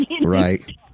Right